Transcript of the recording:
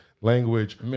language